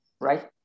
right